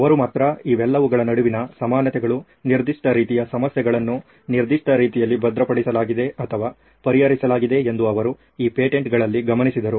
ಅವರು ಮಾತ್ರ ಇವೆಲ್ಲವುಗಳ ನಡುವಿನ ಸಾಮಾನ್ಯತೆಗಳು ನಿರ್ದಿಷ್ಟ ರೀತಿಯ ಸಮಸ್ಯೆಗಳನ್ನು ನಿರ್ದಿಷ್ಟ ರೀತಿಯಲ್ಲಿ ಭದ್ರಪಡಿಸಲಾಗಿದೆ ಅಥವಾ ಪರಿಹರಿಸಲಾಗಿದೆ ಎಂದು ಅವರು ಈ ಪೇಟೆಂಟ್ಗಳಲ್ಲಿ ಗಮನಿಸಿದರು